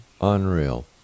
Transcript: Unreal